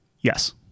Yes